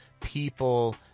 people